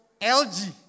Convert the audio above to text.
LG